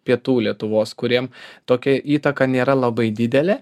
pietų lietuvos kuriem tokia įtaka nėra labai didelė